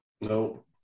No